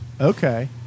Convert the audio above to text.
Okay